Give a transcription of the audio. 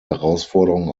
herausforderung